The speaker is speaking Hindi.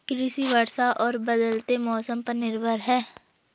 कृषि वर्षा और बदलते मौसम पर निर्भर है